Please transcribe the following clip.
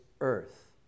earth